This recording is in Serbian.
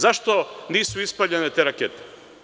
Zašto nisu ispaljene te rakete?